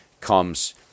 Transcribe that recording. comes